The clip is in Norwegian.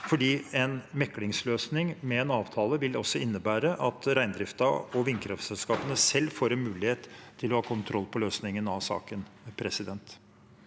en meklingsløsning med en avtale vil også innebære at reindriften og vindkraftselskapene selv får en mulighet til å ha kontroll på løsningen av saken. Birgit